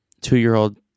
two-year-old